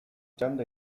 txanda